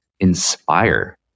Inspire